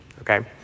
okay